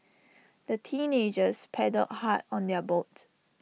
the teenagers paddled hard on their boat